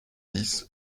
dix